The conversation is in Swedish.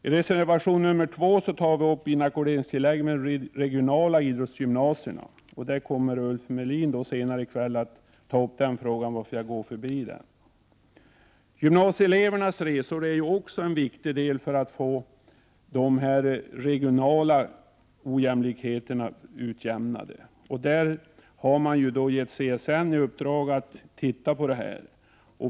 I reservation nr 2 tar vi upp frågan om inackorderingstillägget vid regionala idrottsgymnasier. Den frågan kommer Ulf Melin att behandla senare i kväll, varför jag går förbi den. Gymnasieelevers resor är också ett viktigt inslag för att utjämna de regionala ojämlikheterna. CSN har fått i uppdrag att se över detta.